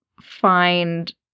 find